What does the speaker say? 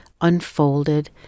unfolded